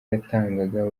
yatangaga